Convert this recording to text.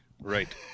Right